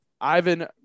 Ivan